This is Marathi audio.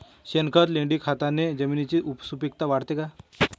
शेणखत, लेंडीखताने जमिनीची सुपिकता वाढते का?